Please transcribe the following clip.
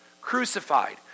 crucified